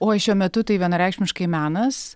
oi šiuo metu tai vienareikšmiškai menas